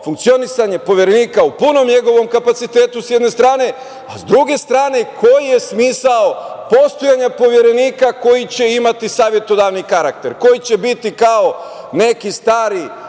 funkcionisanje Poverenika u punom njegovom kapacitetu, s jedne strane, a s druge strane, koji je smisao postojanja Poverenika koji će imati savetodavni karakter, koji će biti kao neki stari